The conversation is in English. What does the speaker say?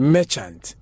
Merchant